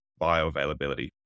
bioavailability